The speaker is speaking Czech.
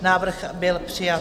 Návrh byl přijat.